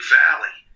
valley